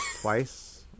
twice